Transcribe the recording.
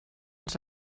els